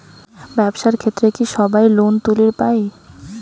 ব্যবসার ক্ষেত্রে কি সবায় লোন তুলির পায়?